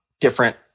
different